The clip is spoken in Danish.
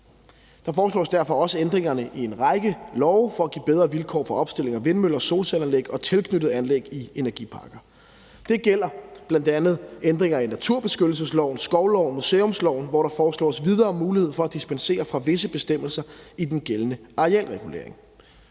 Der foreslås derfor også ændringer i en række love for at give bedre vilkår for opstilling af vindmøller og solcelleanlæg og tilknyttede anlæg i energiparker. Det gælder bl.a. ændringer i naturbeskyttelsesloven, skovloven og museumsloven, hvor der foreslås videre mulighed for at dispensere fra visse bestemmelser i den gældende arealregulering.